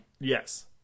Yes